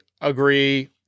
agree